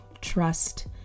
trust